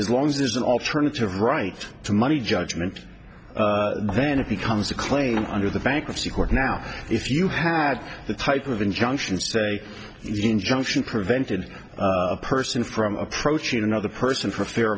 as long as there's an alternative right to money judgment then it becomes a claim under the bankruptcy court now if you had the type of injunction injunction prevented a person from approaching another person for fear